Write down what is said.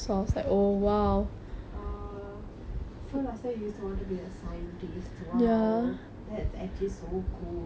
err so last time you used to want to be a scientist !wow! that's actually so cool how old was this